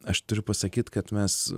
aš turiu pasakyt kad mes